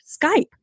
Skype